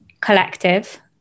collective